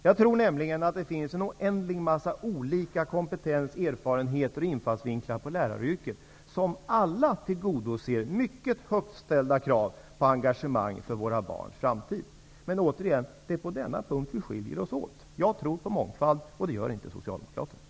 Jag tror att det finns en oändlig mängd kompetens, erfarenheter och infallsvinklar på läraryrket som alla tillgodoser mycket högt ställda krav på engagemang för våra barns framtid. Men återigen -- det är på denna punkt vi skiljer oss åt. Jag tror på mångfald, och det gör inte Socialdemokraterna.